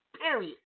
period